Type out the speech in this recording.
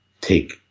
take